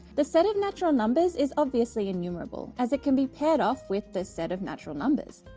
the set of natural numbers is obviously enumerable, as it can be paired off with the set of natural numbers.